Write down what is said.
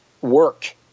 work